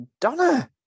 Donna